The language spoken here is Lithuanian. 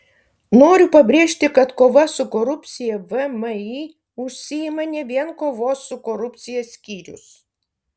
noriu pabrėžti kad kova su korupcija vmi užsiima ne vien kovos su korupcija skyrius